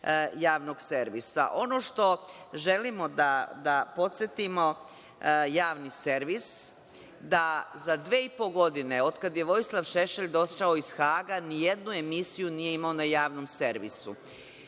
javnog servisa. Ono što želimo da podsetimo javni servis, da za dve i po godine od kada je Vojislav Šešelj došao iz Haga, nijednu emisiju nije imao na javnom servisu.